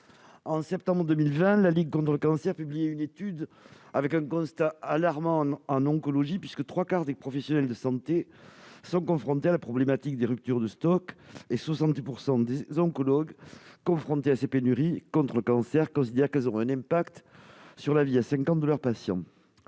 de septembre 2020, la Ligue contre le cancer a publié une étude dressant un constat alarmant en oncologie, puisque trois quarts des professionnels de santé sont confrontés à la problématique des ruptures de stock, et 70 % des oncologues confrontés à ces pénuries de médicaments contre le cancer considèrent que celles-ci auront un impact sur la vie à cinq ans de leurs patients.